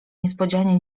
niespodzianie